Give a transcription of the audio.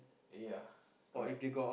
yeah correct